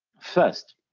first,